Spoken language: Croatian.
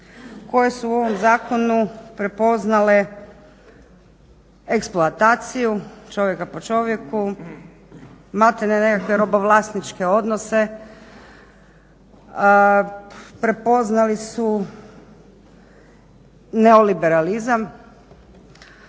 koje su u ovom zakonu prepoznale eksploataciju čovjeka po čovjeku, malte ne neke robovlasničke odnose, prepoznali su neoliberalizam